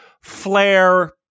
Flair